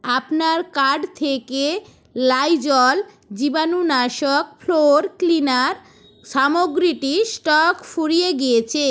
আপনার কার্ট থেকে লাইজল জীবাণুনাশক ফ্লোর ক্লিনার সামগ্রীটির স্টক ফুরিয়ে গিয়েছে